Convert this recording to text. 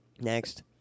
Next